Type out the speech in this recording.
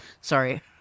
sorry